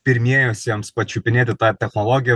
pirmiesiems pačiupinėti tą technologiją